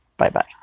Bye-bye